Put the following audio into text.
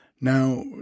Now